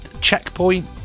checkpoint